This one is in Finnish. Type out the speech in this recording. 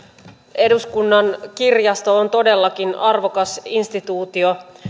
eduskunnan kirjasto on todellakin arvokas instituutio